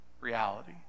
reality